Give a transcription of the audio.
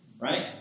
Right